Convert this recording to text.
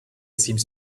seems